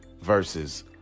versus